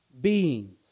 beings